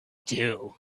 too